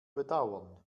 bedauern